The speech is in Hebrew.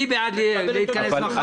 אני בעד להתכנס מחר.